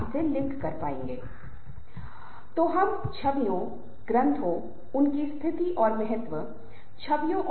ये चीजें समूह के बहुत ही महत्वपूर्ण दृष्टिकोण और व्यवहार का पैटर्न हैं